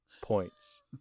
points